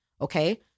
Okay